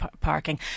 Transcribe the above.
parking